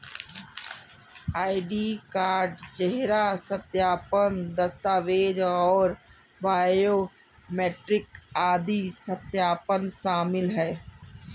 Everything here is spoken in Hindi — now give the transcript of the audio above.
आई.डी कार्ड, चेहरा सत्यापन, दस्तावेज़ और बायोमेट्रिक आदि सत्यापन शामिल हैं